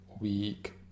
Week